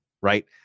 right